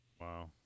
Wow